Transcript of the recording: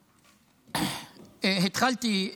התחלתי,